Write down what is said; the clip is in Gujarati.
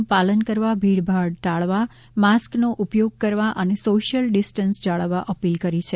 નુ પાલન કરવા ભીડભાડ ટાળવા માસ્કનો ઉપયોગ કરવા અને સોશિયલ ડિસ્ટન્સ જાળવવા અપીલ કરી છે